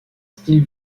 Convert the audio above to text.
style